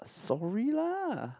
sorry lah